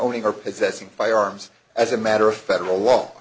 owning or possessing firearms as a matter of federal law